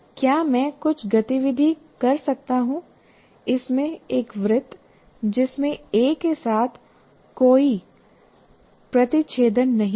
क्या मैं कुछ गतिविधि कर सकता हूँ इसमें एक वृत्त जिसमें ए के साथ कोई प्रतिच्छेदन नहीं है